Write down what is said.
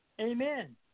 amen